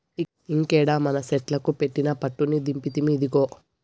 ఇంకేడ మనసెట్లుకు పెట్టిన పట్టుని దింపితిమి, ఇదిగో